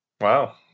Wow